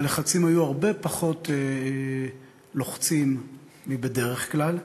והלחצים היו הרבה פחות לוחצים מבדרך כלל.